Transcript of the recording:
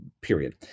period